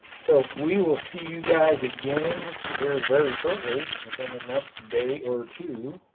so we will see you guys again here very shortly within the next day or two